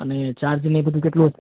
અને ચાર્જ ને બધું કેટલું હશે